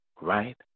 right